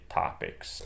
topics